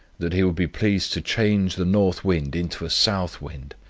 that he would be pleased to change the north wind into a south wind,